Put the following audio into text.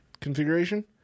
configuration